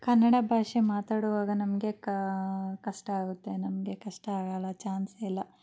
ಕನ್ನಡ ಭಾಷೆ ಮಾತಾಡುವಾಗ ನಮಗೆ ಕಷ್ಟ ಆಗುತ್ತೆ ನಮಗೆ ಕಷ್ಟ ಆಗೋಲ್ಲ ಚಾನ್ಸೇ ಇಲ್ಲ